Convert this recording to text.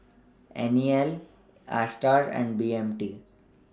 N E L ASTAR and B M T